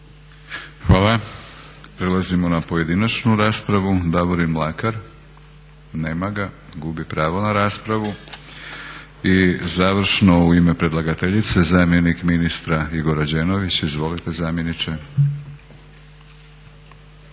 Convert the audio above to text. Hvala. Prelazimo na pojedinačnu raspravu, Davorin Mlakar, nema ga. Gubi pravo na raspravu. I završno u ime predlagateljice zamjenik ministra Igor Rađenović. Izvolite zamjeniče.